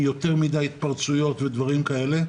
יותר מדי התפרצויות ודברים כאלה.